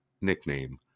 nickname